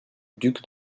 duc